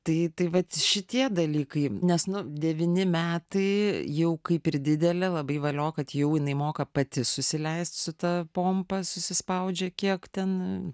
tai tai va šitie dalykai nes nu devyni metai jau kaip ir didelė labai valio kad jau jinai moka pati susileist su ta pompa susispaudžia kiek ten